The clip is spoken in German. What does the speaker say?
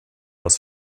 das